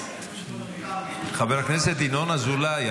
חבר הכנסת ינון אזולאי,